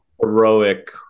heroic